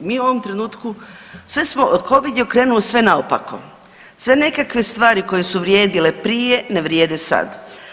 Mi u ovom trenutku sve smo, covid je okrenuo sve naopako, sve nekakve stvari koje su vrijedile prije ne vrijede sad.